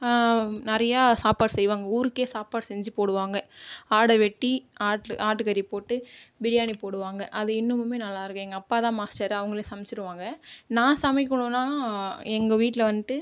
நிறையா சாப்பாடு செய்வாங்க ஊருக்கே சாப்பாடு செஞ்சு போடுவாங்க ஆட வெட்டி ஆட் ஆட்டு கறி போட்டு பிரியாணி போடுவாங்க அது இன்னமுமே நல்லாருக்கும் எங்கள் அப்பாதான் மாஸ்டர் அவங்களே சமைச்சிருவாங்க நான் சமைக்கணும்னா எங்கள் வீட்டில் வந்துட்டு